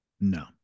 No